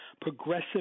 progressive